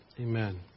Amen